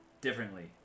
differently